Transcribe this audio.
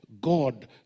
God